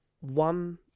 One